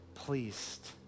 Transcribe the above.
Pleased